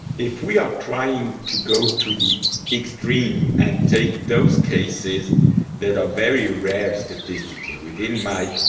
if we are trying to go to the extreme and take those cases that are very rare statistically, within my